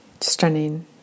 stunning